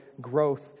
growth